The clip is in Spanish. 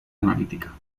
analítica